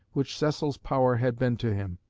which cecil's power had been to him.